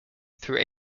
through